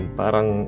parang